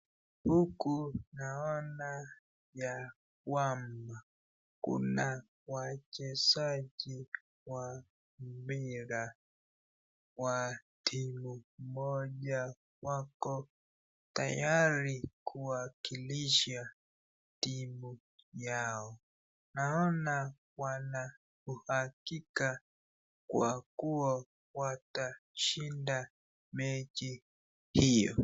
Huku naona ya kwamba kuna wachezaji wa mpira wa timu moja wako tayari kuwakilisha timu yao. Naona wanauhakika kwa kuwa watashinda mechi hiyo.